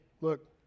look